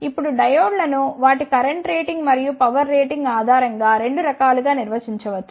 ఇప్పుడు డయోడ్లను వాటి కరెంట్ రేటింగ్ మరియు పవర్ రేటింగ్ ఆధారం గా 2 రకాలుగా నిర్వచించవచ్చు